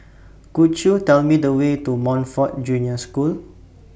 Could YOU Tell Me The Way to Montfort Junior School